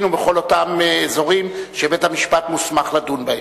ומכל אותם אזורים שבית-המשפט מוסמך לדון בהם.